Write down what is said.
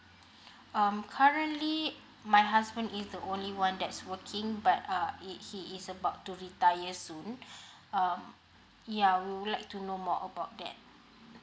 um currently my husband is the only one that's working but uh it he is about to retire soon um ya I would like to know more about that